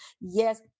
yes